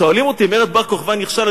שואלים אותו אם מרד בר-כוכבא נכשל,